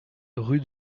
rue